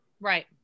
Right